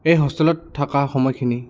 এই হোষ্টেলত থকা সময়খিনি